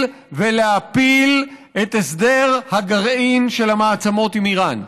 ולהפיל את הסדר הגרעין של המעצמות עם איראן,